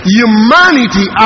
humanity